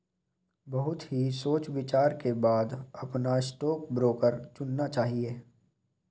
बहुत ही सोच विचार के बाद अपना स्टॉक ब्रोकर चुनना चाहिए